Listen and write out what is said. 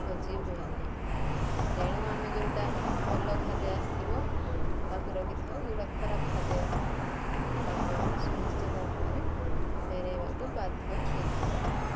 ଖୋଜି ହୁଏନି ତେଣୁ ଆମେ ଯେଉଁଟା ଭଲ ଖାଦ୍ୟ ଆସିଥିବ ତାକୁ ରଖିଥାଉ ଯେଉଁଟା ଖରାପ ଖାଦ୍ୟ ଆସିଥିବ ତାକୁ ଆମେ ସୁନିଶ୍ଚିତ ଭାବେରେ ଫେରେଇବାକୁ ବାଧ୍ୟ ହେଇଥାଉ